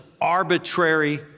arbitrary